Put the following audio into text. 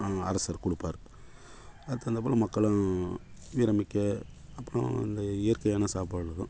அரசர் கொடுப்பார் அதுக்கு தகுந்தாற்போல மக்களும் வீரம் மிக்க அப்புறோம் அங்கே இயற்கையான சாப்பாடு தான்